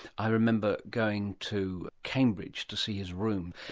i remember going to cambridge to see his room,